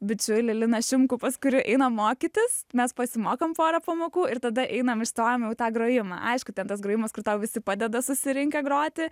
bičiulį liną šimkų pas kuri eina mokytis mes pasimokom porą pamokų ir tada einam išstojam jau į tą grojimą aišku ten tas grojimas kur tau visi padeda susirinkę groti